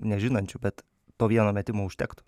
nežinančių bet to vieno metimo užtektų